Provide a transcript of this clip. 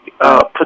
Put